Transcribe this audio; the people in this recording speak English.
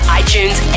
iTunes